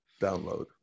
download